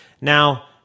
Now